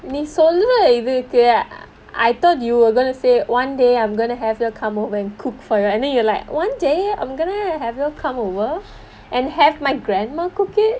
நீ சொல்லுவ:nee solluva I thought you were going to say one day I'm going to have her come over and cook for you all and then you're like one day I'm gonna have you all come over and have my grandma cook it